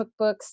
cookbooks